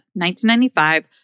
1995